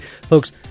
Folks